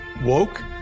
Woke